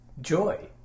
Joy